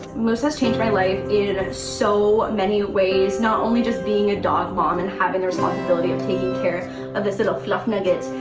moose has changed my life in so many ways, not only just being a dog mom and having the responsibility of taking care of this little fluff nugget,